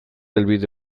helbide